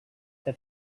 that